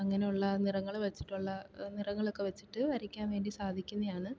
അങ്ങനെയുള്ള നിറങ്ങൾ വെച്ചിട്ടുള്ള നിറങ്ങളൊക്കെ വെച്ചിട്ട് വരയ്ക്കാൻ വേണ്ടി സാധിക്കുന്നതാണ്